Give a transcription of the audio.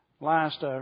Last